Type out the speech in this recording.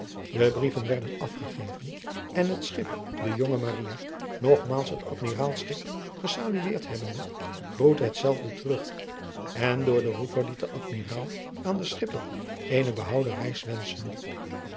de brieven werden afgegeven en het schip de jonge maria nogmaals het admiraalschip gesalueerd hebbende groette hetzelve terug en door den roeper liet de admiraal aan den schipper eene behouden reis wenschen